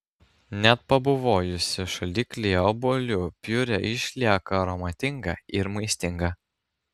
net pabuvojusi šaldiklyje obuolių piurė išlieka aromatinga ir maistinga